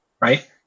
right